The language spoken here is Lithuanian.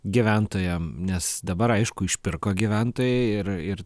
gyventojam nes dabar aišku išpirko gyventojai ir ir